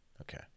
Okay